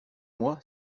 moi